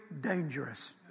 dangerous